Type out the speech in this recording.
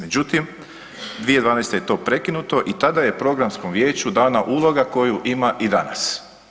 Međutim, 2012. je to prekinuto i tada je programskom vijeću dana uloga koju ima i danas.